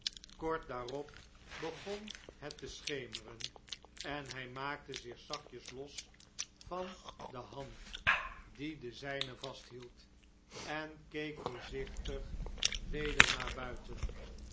kort daarop begon het te schemeren en hjj maakte zich zachtjes log van de hand die de zjjne vasthield en keek voorzichtig weder naar buiten